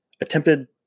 attempted